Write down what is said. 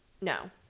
No